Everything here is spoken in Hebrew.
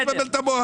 אל תבלבל את המוח.